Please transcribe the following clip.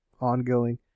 Ongoing